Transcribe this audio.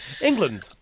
England